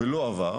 ולא עבר,